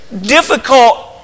difficult